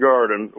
Garden